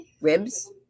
ribs